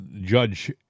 Judge